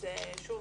שוב,